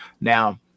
Now